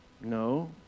No